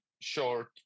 short